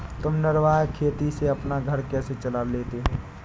तुम निर्वाह खेती से अपना घर कैसे चला लेते हो?